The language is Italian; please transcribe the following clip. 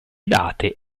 date